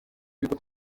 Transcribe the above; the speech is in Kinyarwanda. bigo